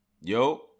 Yo